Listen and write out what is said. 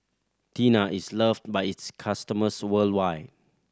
Tena is loved by its customers worldwide